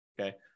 okay